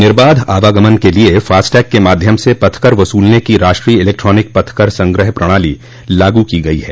निर्बाध आवागमन के लिए फास्टैग के माध्यम से पथकर वसूलने की राष्ट्रीय इलेक्ट्रॉनिक पथकर संग्रह प्रणाली लागू की गई है